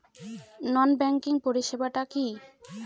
নন banking পরিষেবা টা কি?